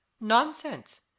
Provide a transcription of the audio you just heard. Nonsense